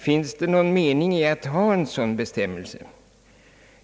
Finns det någon mening i att ha en sådan bestämmelse?